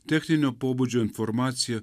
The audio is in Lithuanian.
techninio pobūdžio informacija